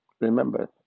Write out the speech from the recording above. remember